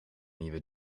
nieuwe